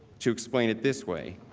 to explain it this way.